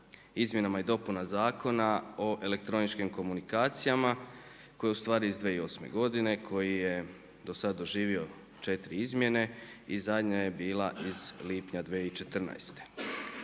izmjenama i dopunama Zakona o elektroničkim komunikacijama koji je ustvari iz 2008. godine koji je dosad doživio 4 izmjene, i zadnja je bila iz lipnja 2014.